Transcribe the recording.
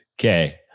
Okay